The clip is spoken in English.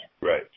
Right